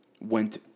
went